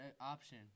option